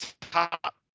top